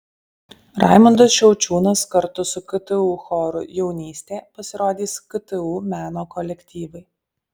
raimundas šiaučiūnas kartu su ktu choru jaunystė pasirodys ktu meno kolektyvai